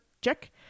Check